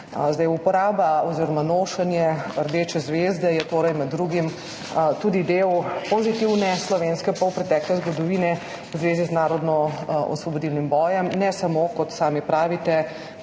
zvezda. Uporaba oziroma nošenje rdeče zvezde je torej med drugim tudi del pozitivne slovenske polpretekle zgodovine v zvezi z narodnoosvobodilnim bojem, ne samo, kot sami pravite,